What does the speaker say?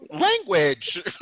Language